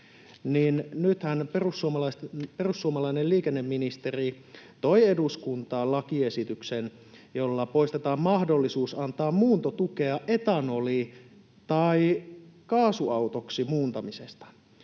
nythän perussuomalainen liikenneministeri toi eduskuntaan lakiesityksen, jolla poistetaan mahdollisuus antaa muuntotukea etanoli- tai kaasuautoksi muuntamisesta.